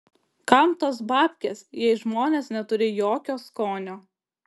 kam tos babkės jei žmonės neturi jokio skonio